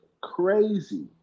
crazy